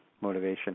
motivation